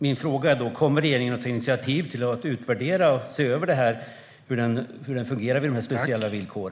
Min fråga är då: Kommer regeringen att ta initiativ till att utvärdera och se över hur det fungerar med dessa speciella villkor?